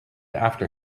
after